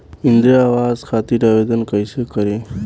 इंद्रा आवास खातिर आवेदन कइसे करि?